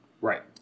Right